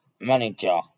manager